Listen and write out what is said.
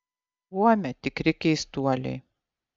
buome tikri keistuoliai